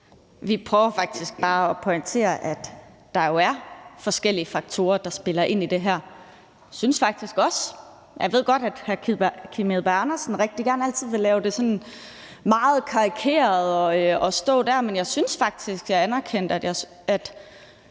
Vi prøver faktisk bare at pointere, at der jo er forskellige faktorer, der spiller ind i det her. Jeg ved godt, at hr. Kim Edberg Andersen rigtig gerne altid vi gøre det meget karikeret at stå der, men jeg synes faktisk, at jeg anerkendte, at